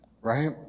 right